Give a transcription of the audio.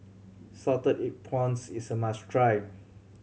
salted egg prawns is a must try